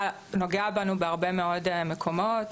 נוגע בנו בהרבה מאוד מקומות.